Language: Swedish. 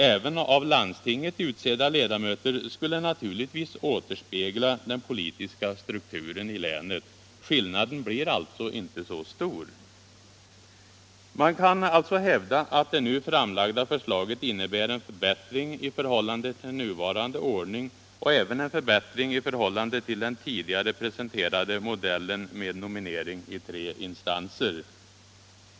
Även av landstinget utsedda ledamöter skall naturligtvis återspegla den politiska strukturen i länet. Skillnaden blir alltså inte så stor. Man kan hävda att det nu framlagda förslaget innebär en förbättring i förhållande till nuvarande ordning och även en förbättring i förhållande till den tidigare presenterade modellen med nominering i tre instanser.